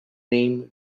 name